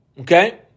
Okay